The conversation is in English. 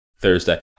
Thursday